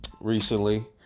recently